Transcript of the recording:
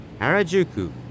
Harajuku